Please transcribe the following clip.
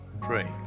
Pray